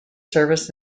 service